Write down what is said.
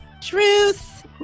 truth